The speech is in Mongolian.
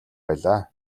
байлаа